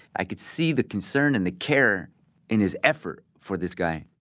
i could see the concern and the care in his effort for this guy